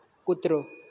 કૂતરો